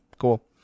cool